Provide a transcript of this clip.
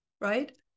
right